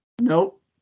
Nope